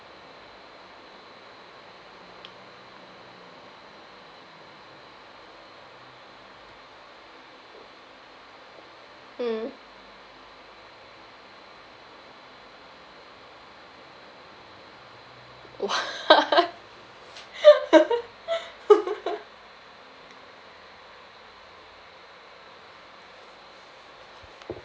mm